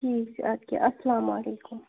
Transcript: ٹھیٖک چھُ اَدٕ کیٛاہ السلامُ علیکُم